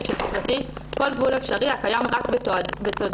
שתפרצי כל גבול אפשרי הקיים רק בתודעתך.